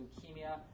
leukemia